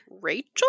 Rachel